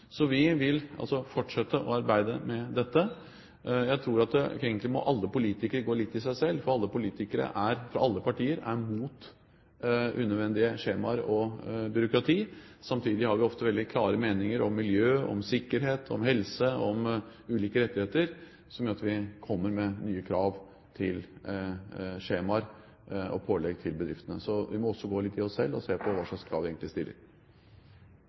Vi vil altså fortsette å arbeide med dette. Jeg tror at egentlig må alle politikere gå litt i seg selv, for alle politikere fra alle partier er imot unødvendige skjemaer og byråkrati. Samtidig har vi ofte veldig klare meninger om miljø, om sikkerhet, om helse og om ulike rettigheter som gjør at vi kommer med nye krav til skjemaer og pålegg til bedriftene. Så vi må gå litt i oss selv og se på hvilke krav vi egentlig stiller.